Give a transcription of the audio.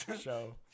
show